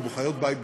ובחיות בית בפרט.